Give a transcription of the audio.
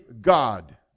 God